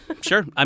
Sure